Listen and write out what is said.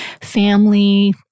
family